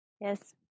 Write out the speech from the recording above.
yes